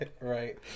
Right